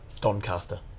Doncaster